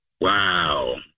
Wow